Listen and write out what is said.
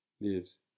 lives